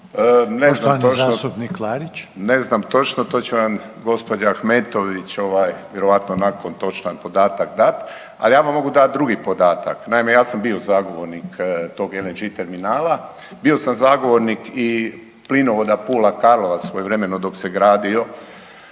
Ne znam točno, to će vam gospođa Ahmetović vjerojatno točan podatak dat. Ali ja vam mogu dati drugi podatak. Naime, ja sam bio zagovornik tog LNG terminala, bio sam zagovornik plinovoda Pula – Karlovac svojevremeno dok se gradio